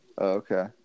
Okay